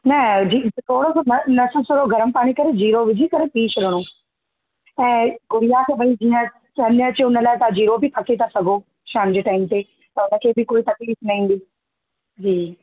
न जी थोरो सो न नसूसरो गरमु पाणी करे जीरो विझी करे पी छॾिणो ऐं गुड़िया खे भई जीअं थञ अचे हुन लाइ जीरो बि फ़के था सघो शाम जे टाइम ते त हुनखे कोई तकलीफ़ु न ईंदी जी